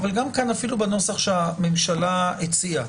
אפילו בנוסח שהממשלה הציעה,